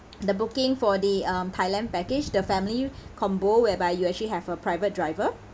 the booking for the um thailand package the family combo whereby you actually have a private driver